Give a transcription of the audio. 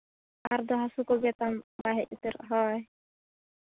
ᱟᱨ ᱫᱚ ᱦᱟᱹᱥᱩ ᱠᱚᱜᱮ ᱛᱟᱢ ᱵᱟᱭ ᱦᱮᱡᱽ ᱩᱛᱟᱹᱨᱚᱜᱼᱟ ᱦᱳᱭ